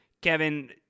Kevin